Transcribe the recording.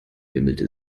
bimmelte